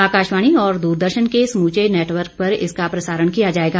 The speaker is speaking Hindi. आकाशवाणी और द्रदर्शन के समूचे नेटवर्क पर इसका प्रसारण किया जायेगा